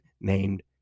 named